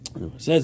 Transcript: says